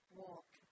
walk